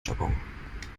jargon